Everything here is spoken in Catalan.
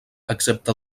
excepte